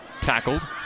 tackled